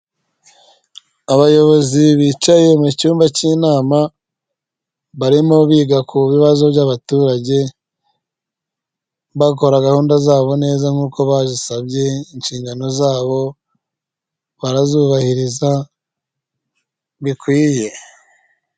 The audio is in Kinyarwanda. Abayobozi bicaye mu cyumba cy'inama barimo biga ku bibazo byabaturage bakora gahunda zabo neza nkuko basabye inshingano zabo barazubahiriza bikwiye .